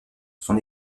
son